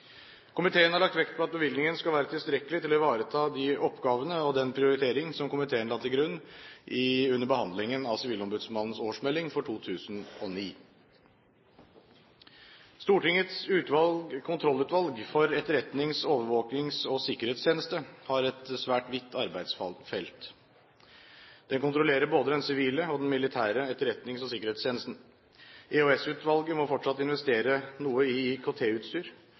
Komiteen har lagt vekt på at bevilgningen skal være tilstrekkelig til å ivareta de oppgavene og den prioritering som komiteen har lagt til grunn under behandlingen av sivilombudsmannens årsmelding for 2009. Stortingets kontrollutvalg for etterretnings-, overvåkings- og sikkerhetstjeneste har et svært vidt arbeidsfelt. Det kontrollerer både den sivile og den militære etterretnings- og sikkerhetstjenesten. EOS-utvalget må fortsatt investere noe i